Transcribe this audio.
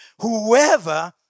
whoever